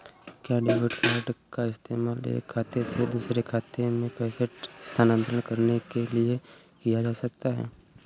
क्या debit card का इस्तेमाल एक खाते से दूसरे खाते में पैसे स्थानांतरण करने के लिए किया जा सकता है?